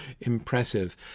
impressive